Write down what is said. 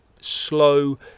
Slow